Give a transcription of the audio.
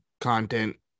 content